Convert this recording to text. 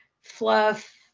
fluff